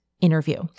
interview